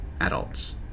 adults